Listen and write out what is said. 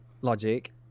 logic